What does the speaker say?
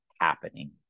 happening